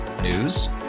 News